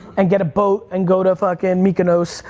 and get a boat, and go to fucking and mykonos,